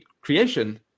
creation